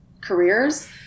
careers